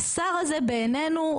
השר הזה בעינינו,